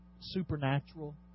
supernatural